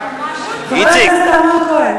חבר הכנסת אמנון כהן.